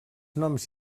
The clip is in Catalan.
noms